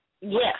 Yes